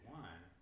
one